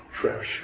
trash